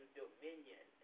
dominion